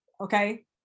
Okay